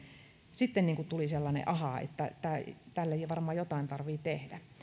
sitten tuli sellainen ahaa että tälle varmaan jotain tarvitsee tehdä